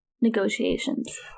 negotiations